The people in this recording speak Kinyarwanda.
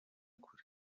kure